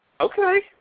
Okay